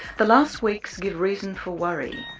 the last weeks give reason for worry,